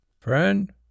Friend